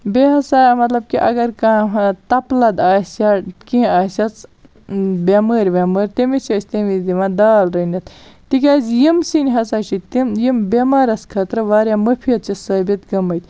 بیٚیہِ ہَسا امیُک مَطلَب اَگَر کانٛہہ تَپہٕ لَد آسہِ یا کینٛہہ آسٮ۪س بٮ۪مٲر وٮ۪مٲر تٔمِس چھِ أسۍ تمہِ وِز دوان دال رٔنِتھ تکیاز یِم سِنۍ ہَسا چھِ تِم یِم بیٚمارَس خٲطرٕ واریاہ مُفیٖد چھِ ثٲبِت گٔمٕتۍ